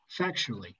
factually